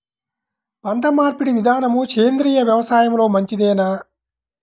పంటమార్పిడి విధానము సేంద్రియ వ్యవసాయంలో మంచిదేనా?